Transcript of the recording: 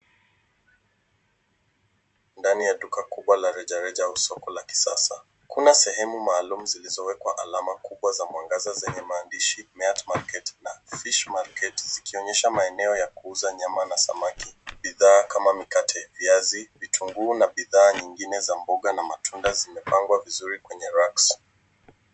Ndani ya duka kubwa la rejareja au soko la kisasa kuna sehemu maalum zilizowekwa alama kubwa za mwangaza zenye maandishi Meat Market na Fish Market zikionyesha maeneo ya kuuza nyama na samaki bidhaa kama mikate, viazi, vitunguu na bidhaa nyingine za mboga na matunda zimepangwa vizuri kwenye racks .